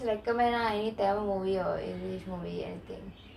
just recommend lah any tamil movie any english movie anything